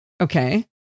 okay